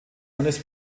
eines